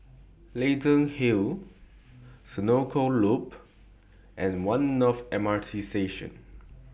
Leyden Hill Senoko Loop and one North M R T Station